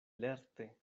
lerte